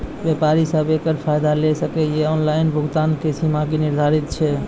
व्यापारी सब एकरऽ फायदा ले सकै ये? ऑनलाइन भुगतानक सीमा की निर्धारित ऐछि?